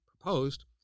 proposed